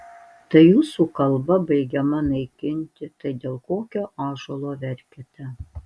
tai jūsų kalba baigiama naikinti tai dėl kokio ąžuolo verkiate